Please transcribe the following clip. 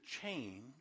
change